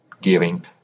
giving